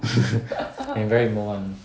and he very emo [one]